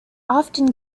often